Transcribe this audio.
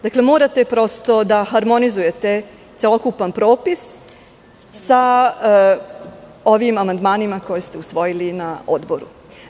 Dakle, morate da harmonizujete celokupan propis sa ovim amandmanima koje ste usvojili na Odboru.